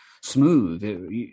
smooth